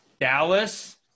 Dallas